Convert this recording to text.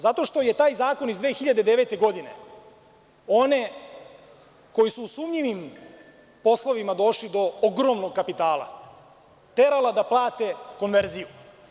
Zato što je taj zakon iz 2009. godine one koji su sumnjivim poslovima došli do ogromnog kapitala terala da plate konverziju.